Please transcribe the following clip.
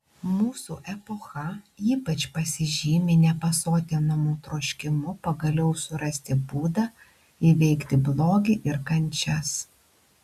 mūsų epocha ypač pasižymi nepasotinamu troškimu pagaliau surasti būdą įveikti blogį ir kančias